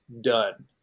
done